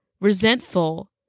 resentful